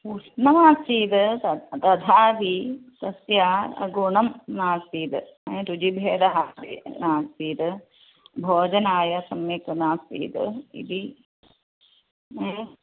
उष्णमासीद् त तथापि तस्य गुणं नासीद् रुचिभेदः आसीत् नासीद् भोजनाय सम्यक् नासीद् इति